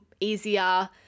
easier